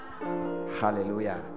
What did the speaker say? Hallelujah